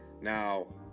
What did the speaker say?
Now